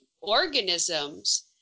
organisms